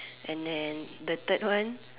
and then the third one